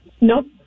Nope